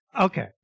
Okay